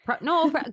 no